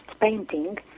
painting